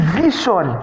vision